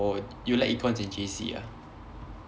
oh you like econs in J_C ah